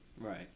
right